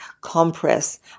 compress